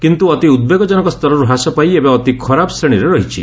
କିନ୍ତୁ ଅତି ଉଦ୍ବେଗଜନକ ସ୍ତରରୁ ହ୍ରାସ ପାଇ ଏବେ ଅତି ଖରାପ ଶ୍ରେଣୀରେ ରହିଛି